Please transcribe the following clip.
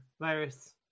virus